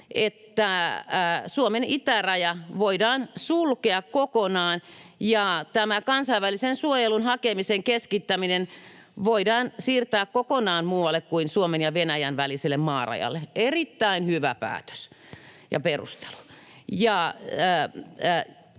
että Suomen itäraja voidaan sulkea kokonaan ja kansainvälisen suojelun hakemisen keskittäminen voidaan siirtää kokonaan muualle kuin Suomen ja Venäjän väliselle maarajalle — erittäin hyvä päätös ja perustelu.